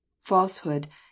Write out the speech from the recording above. Falsehood